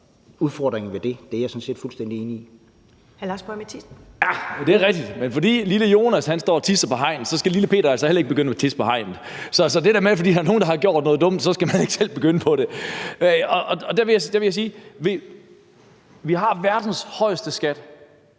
Kl. 13:55 Lars Boje Mathiesen (NB): Ja, det er rigtigt, men fordi lille Jonas står og tisser på hegnet, skal lille Peter altså heller ikke begynde at tisse på hegnet. Så det er det der med, at bare fordi der er nogen, der har gjort noget dumt, skal man ikke selv begynde på det. Der vil jeg sige, at vi har verdens højeste skat,